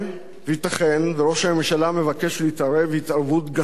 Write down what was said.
ייתכן שראש הממשלה מבקש להתערב התערבות גסה,